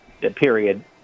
period